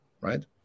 right